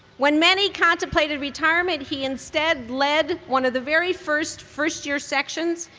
when many contemplated retirement, he instead led one of the very first first year sections,